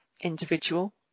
individual